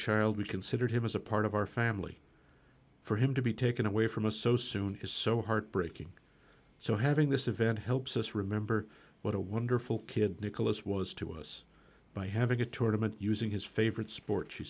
child we considered him as a part of our family for him to be taken away from us so soon is so heartbreaking so having this event helps us remember what a wonderful kid nicholas was to us by having a tournament using his favorite sport she